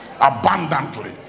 abundantly